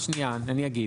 שנייה, אגיד.